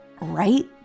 right